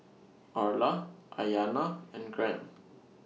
Orla Aiyana and Grant